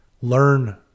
learn